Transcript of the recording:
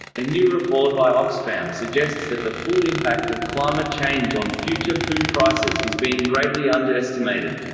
a new report by oxfam suggests that the full impact of climate change on future food prices is being greatly underestimated.